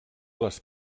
les